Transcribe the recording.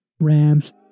Rams